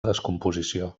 descomposició